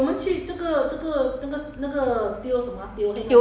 then I think one person twenty plus that kind of that kind leh